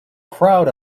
crowd